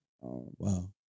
Wow